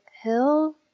Hill